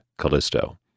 Callisto